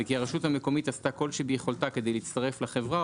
וכי הרשות המקומית עשתה כל שביכולתה כדי להצטרף לחברה,